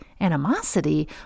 animosity